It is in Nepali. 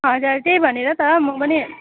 हजुर त्यही भनेर त म पनि